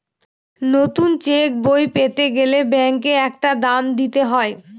নতুন চেকবই পেতে গেলে ব্যাঙ্কে একটা দাম দিতে হয়